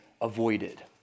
avoided